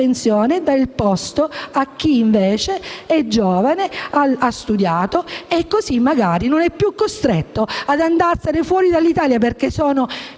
dai il posto a chi invece è giovane, ha studiato e così magari non è più costretto ad andarsene fuori dall'Italia. Infatti sono